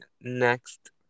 next